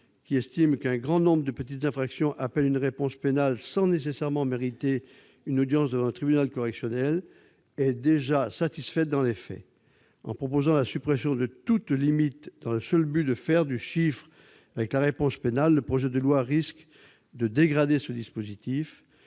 qui estime qu'« un grand nombre de petites infractions appelle une réponse pénale sans nécessairement mériter une audience devant le tribunal correctionnel », est déjà satisfaite dans les faits. En proposant la suppression de toute limite dans le seul objectif de faire du chiffre avec la réponse pénale, le projet de loi risque de dégrader ce dispositif.